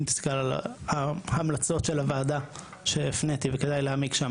אם תסתכל על ההמלצות של הוועדה שהפניתי וכדאי להעמיק שם,